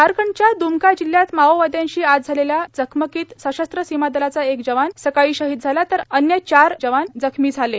झारखंडच्या द्मका जिल्ह्यात माओवाद्यांशी आज सकाळी झालेल्या चकमकीत सशस्त्र सीमा दलाचा एक जवान शहिद झाला तर अन्य चार जवान जखमी झाले आहेत